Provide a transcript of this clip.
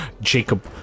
Jacob